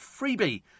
freebie